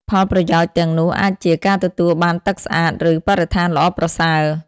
ផលប្រយោជន៍ទាំងនោះអាចជា ការទទួលបានទឹកស្អាត ឬបរិស្ថានល្អប្រសើរ។